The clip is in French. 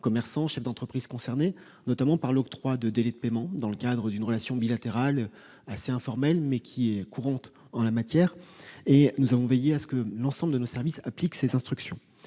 commerçants et les chefs d'entreprises concernés, notamment par l'octroi de délais de paiement. Cela s'est fait dans le cadre d'une relation bilatérale assez informelle, mais courante en la matière, et nous avons veillé à ce que l'ensemble de nos services appliquent ces instructions.